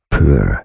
Poor